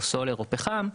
סולר או פחם,